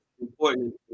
important